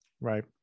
Right